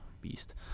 beast